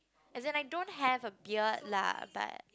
as in I don't have a beard lah but